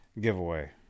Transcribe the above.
giveaway